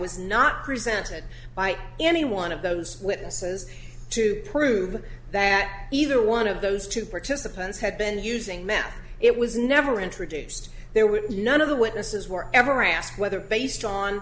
was not presented by any one of those witnesses to prove that either one of those two participants had been using meth it was never introduced there were none of the witnesses were ever asked whether based on